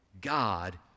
God